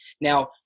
Now